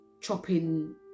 chopping